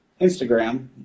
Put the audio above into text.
Instagram